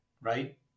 right